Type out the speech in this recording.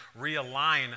realign